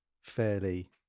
fairly